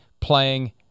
playing